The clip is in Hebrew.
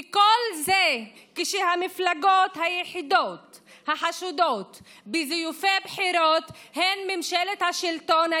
וכל זה כשהמפלגות היחידות החשודות בזיופי בחירות הן מממשלת השלטון,